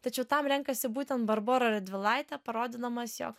tačiau tam renkasi būtent barborą radvilaitę parodydamas jog